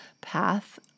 path